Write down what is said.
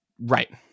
Right